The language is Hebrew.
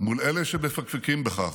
אלה שמפקפקים בכך,